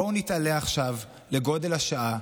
בואו נתעלה עכשיו לגודל השעה,